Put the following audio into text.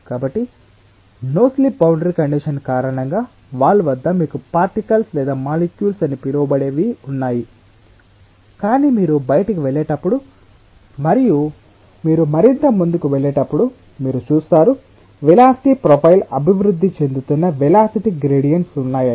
కాబట్టి no slip boundary condition కారణంగా wall వద్ద మీకు పార్టికల్స్ లేదా మాలిక్యుల్స్ అని పిలవబడేవి ఉన్నాయి కానీ మీరు బయటికి వెళ్ళేటప్పుడు మరియు మీరు మరింత ముందుకు వెళ్ళేటప్పుడు మీరు చూస్తారు వెలాసిటి ప్రొఫైల్ అభివృద్ధి చెందుతున్న వెలాసిటి గ్రేడియoట్స్ ఉన్నాయని